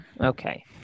Okay